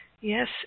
Yes